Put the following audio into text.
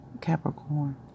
Capricorn